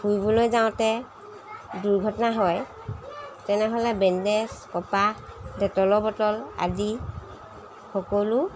ফুৰিবলৈ যাওঁতে দুৰ্ঘটনা হয় তেনেহ'লে বেণ্ডেজ কপাহ ডেটলৰ বটল আদি সকলো